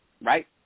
right